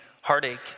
heartache